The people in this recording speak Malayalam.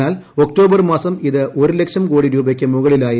എന്നാൽ ഒക്ടോബർ മാസം ഇത് ഒരു ലക്ഷം കോടി രൂപയ്ക്ക് മുകളിലായിരുന്നു